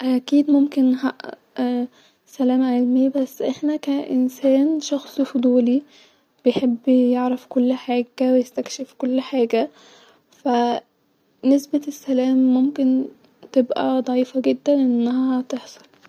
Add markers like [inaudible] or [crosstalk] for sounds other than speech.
اكيد ممكن احقق [hesitation] سلام علمي بس احنا كا-انسان شخص فضولي بيحب يعرف كل حاجه-ويستكشف كل حاجه فا- [hesitation] نسبه السلام ممكن تبقي ضعيفه جدا انها تحصل